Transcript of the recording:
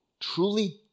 truly